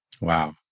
Wow